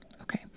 Okay